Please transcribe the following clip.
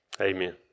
Amen